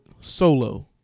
Solo